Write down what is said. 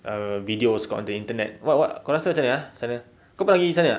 err videos on the internet what what kau rasa macam mana sana kau pernah gi sana tak